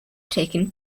taken